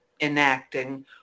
enacting